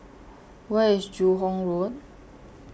Where IS Joo Hong Road